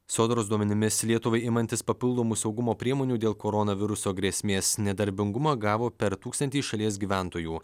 sodros duomenimis lietuvai imantis papildomų saugumo priemonių dėl koronaviruso grėsmės nedarbingumą gavo per tūkstantį šalies gyventojų